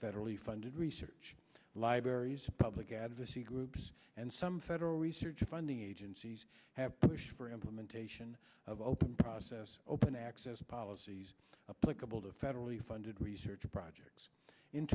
federally funded research live barry's public advocacy groups and some federal research funding agencies have pushed for implementation of open process open access policies apply couple to federally funded research projects in